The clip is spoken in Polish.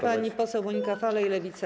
Pani poseł Monika Falej, Lewica.